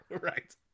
Right